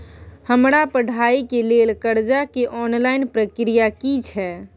हमरा पढ़ाई के लेल कर्जा के ऑनलाइन प्रक्रिया की छै?